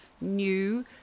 new